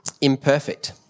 imperfect